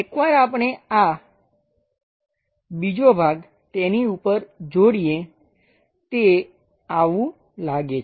એકવાર આપણે આ બીજો ભાગ તેની ઉપર જોડીએ તે આવું લાગે છે